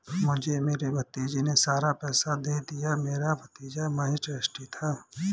मुझे मेरे भतीजे ने सारा पैसा दे दिया, मेरा भतीजा महज़ ट्रस्टी था